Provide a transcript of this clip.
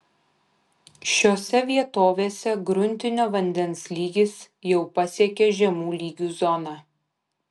šiose vietovėse gruntinio vandens lygis jau pasiekė žemų lygių zoną